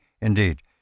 indeed